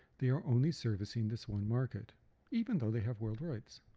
they are only servicing this one market even though they have world rights.